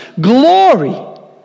glory